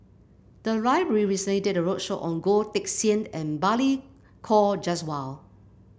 the library recently did a roadshow on Goh Teck Sian and Balli Kaur Jaswal